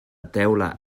teula